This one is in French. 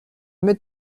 mets